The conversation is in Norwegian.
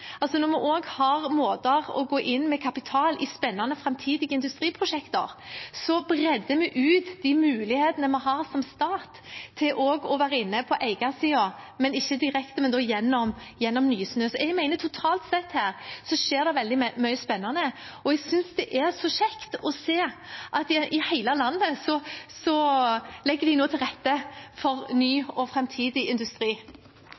altså når vi har måter å gå inn med kapital på i spennende framtidige industriprosjekter, så bredder vi ut de mulighetene vi har som stat til også å være inne på eiersiden – ikke direkte, men da gjennom Nysnø. Jeg mener at det totalt sett her skjer veldig mye spennende, og jeg synes det er så kjekt å se at i hele landet legger de nå til rette for ny og framtidig industri.